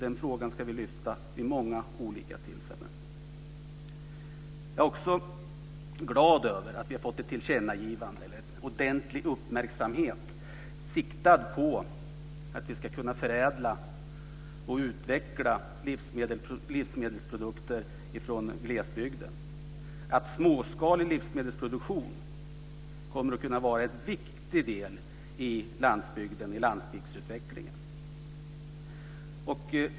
Den frågan ska vi lyfta fram vid många olika tillfällen. Jag är också glad över att ordentlig uppmärksamhet har riktats på att vi ska kunna förädla och utveckla livsmedelsprodukter från glesbygden. Småskalig livsmedelsproduktion kommer att kunna vara en viktig del i landsbygdsutvecklingen.